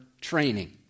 training